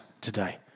today